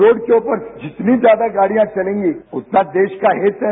road के ऊपर जितनी ज्यादा गाडियां चलेगी उतना देश का हित है